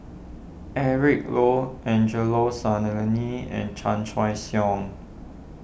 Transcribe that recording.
Eric Low Angelo Sanelli and Chan Choy Siong